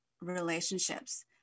relationships